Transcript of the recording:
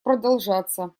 продолжаться